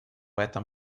этом